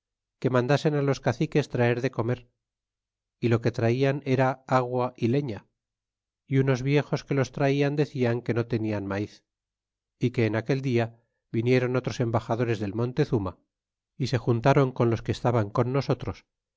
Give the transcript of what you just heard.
que mandasen á los caciques traer de comer é lo que traian era agua y leña y unos viejos que los traian decian que no tenian maiz é que en aquel dia viniéron otros embaxadores del montezuma é se juntáron con los que estaban con nosotros